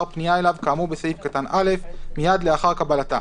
פנייה אליו כאמור בסעיף קטן (א) מיד לאחר קבלתה,